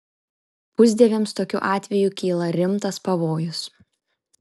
pusdieviams tokiu atveju kyla rimtas pavojus